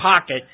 pocket